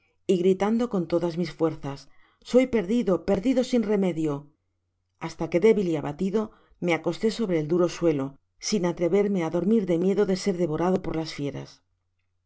y gritando con todas mis fuerzas soy perdido perdido sin remedio hasta que débil y abatido me acosté sobre el duro suelo sin atreverme á dormir de miedo de ser deverado por las fieras